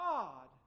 God